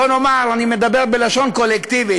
בואו נאמר שאני מדבר בלשון קולקטיבית,